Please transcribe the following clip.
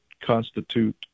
constitute